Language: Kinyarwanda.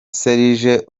serge